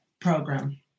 program